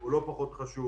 והוא לא פחות חשוב